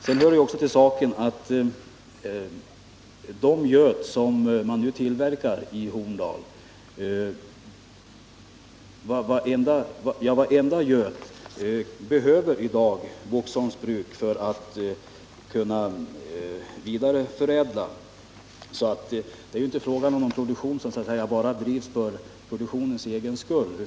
Sedan hör det också till saken att Boxholms bruk i dag behöver vartenda göt som man nu tillverkar i Horndal. Det är alltså inte fråga om någon produktion bara för produktionens egen skull.